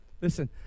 Listen